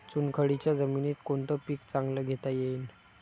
चुनखडीच्या जमीनीत कोनतं पीक चांगलं घेता येईन?